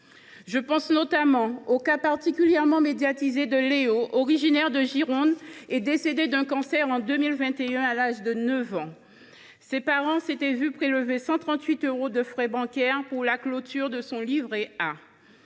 Je pense notamment au cas, particulièrement médiatisé, de Léo, enfant originaire de Gironde, décédé d’un cancer en 2021 à l’âge de 9 ans, dont les parents se sont vu prélever 138 euros de frais bancaires pour la clôture de son livret A.